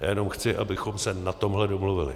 Já jenom chci, abychom se na tomhle domluvili.